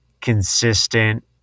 consistent